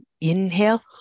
Inhale